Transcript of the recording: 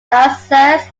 diocese